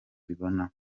mbibona